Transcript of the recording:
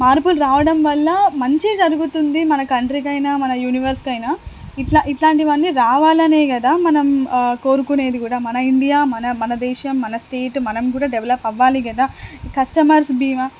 మార్పులు రావడం వల్ల మంచి జరుగుతుంది మన కంట్రీకి అయినా మన యూనివర్స్కి అయినా ఇలా ఇట్లాంటివి అన్నీ రావాలనే కదా మనం కోరుకునేది కూడా మన ఇండియా మన మన దేశం మన స్టేట్ మనం కూడా డెవలప్ అవ్వాలి కదా కస్టమర్స్ భీమా